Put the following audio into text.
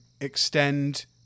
extend